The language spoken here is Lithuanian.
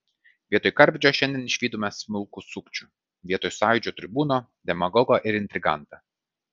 vietoj karvedžio šiandien išvydome smulkų sukčių vietoj sąjūdžio tribūno demagogą ir intrigantą